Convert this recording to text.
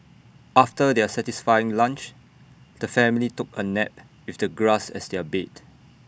after their satisfying lunch the family took A nap with the grass as their bed